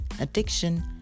addiction